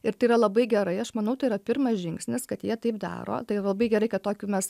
ir tai yra labai gerai aš manau tai yra pirmas žingsnis kad jie taip daro tai labai gerai kad tokių mes